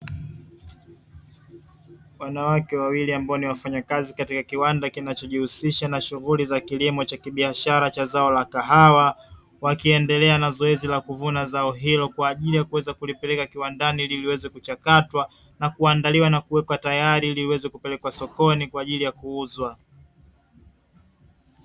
Wanawake wawili ambao ni wafanyakazi katika kiwanda kinachojihusisha na shughuli za kilimo cha kibiashara cha zao la kahawa, wakiendelea na zoezi la kuvuna zao hilo kwaajili ya kuweza kulipeleka kiwandani ili liweze kuchakatwa na kuandaliwa na kuwekwa tayari ili liweze kupelekwa sokoni kwaajili ya kuuzwa.